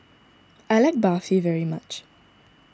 I like Barfi very much